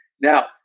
Now